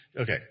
Okay